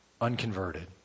unconverted